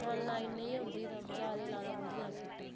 online एह् होंदा निं ते बजारे गी लाना पौंदियां खिट्टां